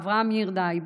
אברהם ירדאי,